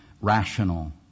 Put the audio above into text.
rational